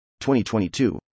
2022